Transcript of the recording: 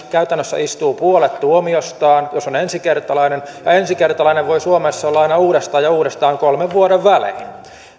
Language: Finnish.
käytännössä istuu puolet tuomiostaan jos on ensikertalainen ja ensikertalainen voi suomessa olla aina uudestaan ja uudestaan kolmen vuoden välein